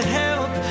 help